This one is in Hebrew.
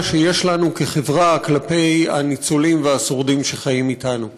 שיש לנו כחברה כלפי הניצולים והשורדים שחיים אתנו.